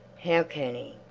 how can he?